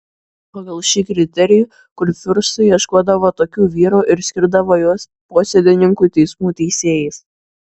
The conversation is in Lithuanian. pagal šį kriterijų kurfiurstai ieškodavo tokių vyrų ir skirdavo juos posėdininkų teismų teisėjais